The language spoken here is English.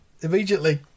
immediately